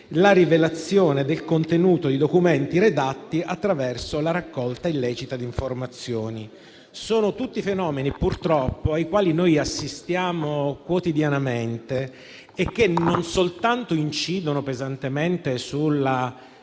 di rivelazione del contenuto di documenti redatti attraverso la raccolta illecita di informazioni. Sono tutti fenomeni cui purtroppo assistiamo quotidianamente, che non soltanto incidono pesantemente sulla